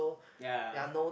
ya